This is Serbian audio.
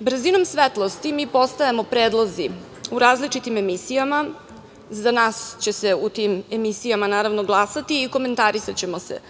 Brzinom svetlosti mi postajemo predlozi u različitim emisijama. Za nas će se u tim emisijama naravno glasati i komentarisaćemo se